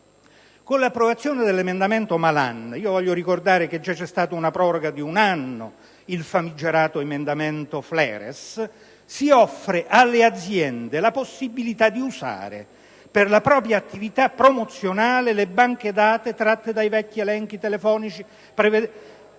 Con l'approvazione dell'emendamento Malan - voglio ricordare che c'è stata già una proroga di un anno con il famigerato emendamento Fleres - si offre alle aziende la possibilità di usare, per la propria attività promozionale, le banche dati tratte dai vecchi elenchi telefonici (precedenti